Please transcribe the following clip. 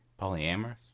Polyamorous